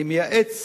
אני מייעץ